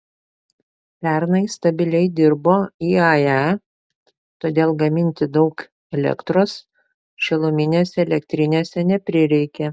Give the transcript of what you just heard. pernai stabiliai dirbo iae todėl gaminti daug elektros šiluminėse elektrinėse neprireikė